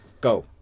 Go